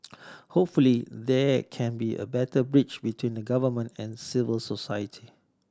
hopefully there can be a better bridge between the Government and civil society